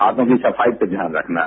हाथों की सफाई पर ध्यान रखना है